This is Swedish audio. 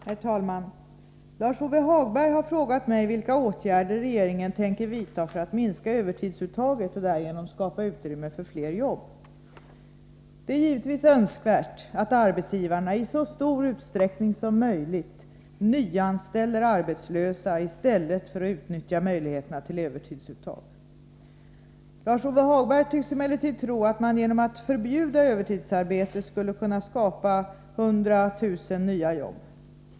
Herr talman! Lars-Ove Hagberg har frågat mig vilka åtgärder regeringen tänker vidta för att minska övertidsuttaget och därigenom skapa utrymme för fler jobb. Det är givetvis önskvärt att arbetsgivarna i så stor utsträckning som möjligt nyanställer arbetslösa i stället för att utnyttja möjligheterna till övertidsuttag. Lars-Ove Hagberg tycks emellertid tro att man genom att förbjuda övertidsarbete skulle kunna skapa 100 000 nya jobb.